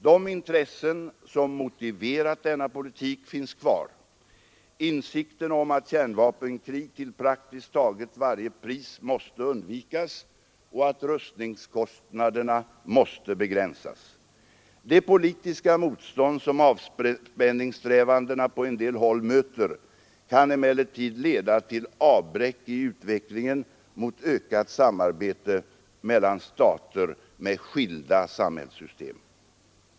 De intressen som motiverat denna politik finns kvar: insikten om att kärnvapenkrig till praktiskt taget varje pris måste undvikas och att rustningskostnaderna måste begränsas. Det politiska motstånd som avspänningssträvandena på en del håll möter kan emellertid leda till avbräck i utvecklingen mot ökat samarbete mellan stater med skilda samhällssystem.